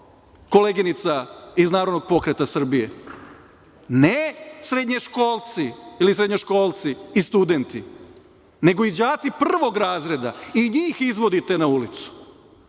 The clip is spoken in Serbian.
koleginica iz Narodnog pokreta Srbije, ne srednjoškolci i studenti, nego i đaci prvog razreda i njih izvodite na ulicu.